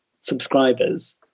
subscribers